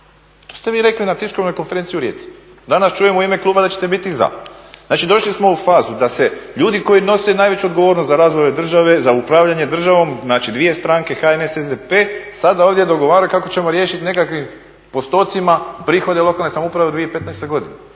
To ste vi rekli na tiskovnoj konferenciji u Rijeci. Danas čujem u ime kluba da ćete biti za. Znači došli smo u fazu da se ljudi koji nose najveću odgovornost za razvoj ove države, za upravljanje državom, znači dvije stranke HNS, SDP sada ovdje dogovaraju kako ćemo riješiti nekakvim postocima prihode lokalne samouprave u 2015. godini.